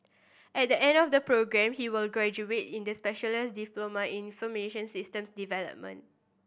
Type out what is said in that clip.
at the end of the programme he will graduate in this specialist diploma information systems development